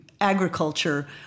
agriculture